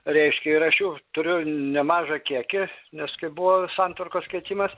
reiškiair aš jų turiu nemažą kiekį nes kai buvo santvarkos keitimas